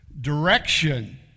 Direction